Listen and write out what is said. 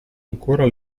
ancora